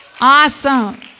Awesome